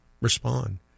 respond